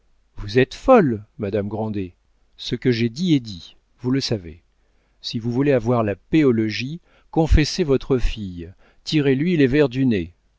vous êtes folle madame grandet ce que j'ai dit est dit vous le savez si vous voulez avoir la paix au logis confessez votre fille tirez lui les vers du nez